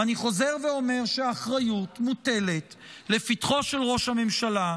ואני חוזר ואומר שהאחריות מוטלת לפתחו של ראש הממשלה,